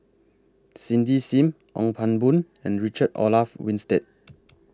Cindy SIM Ong Pang Boon and Richard Olaf Winstedt